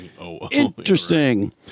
Interesting